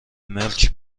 ملک